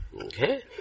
Okay